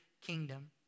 kingdom